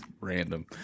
random